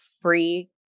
free